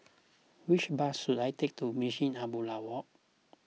which bus should I take to Munshi Abdullah Walk